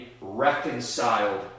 reconciled